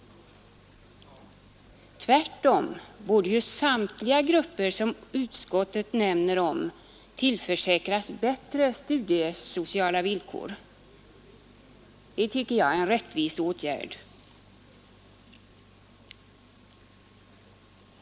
Tvärtom borde samtliga grupper som utskottet omnämner tillförsäkras bättre studiesociala villkor. Det tycker jag vore en rättvis åtgärd.